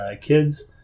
kids